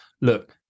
look